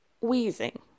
Wheezing